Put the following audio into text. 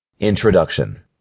Introduction